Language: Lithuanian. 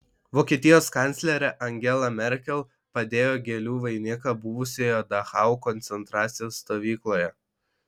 vokietijos kanclerė angela merkel padėjo gėlių vainiką buvusioje dachau koncentracijos stovykloje